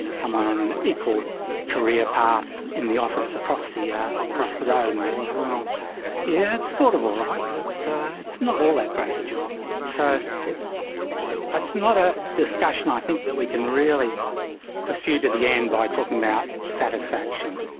you know someone on an equal career path in the office across the yeah across the road. and they say and yeah it's sort of all right but it's so it's not all that great a job. so it's ah it's not a discussion i think that we can really pursue to the end by talking about satisfaction.